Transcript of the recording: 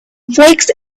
flakes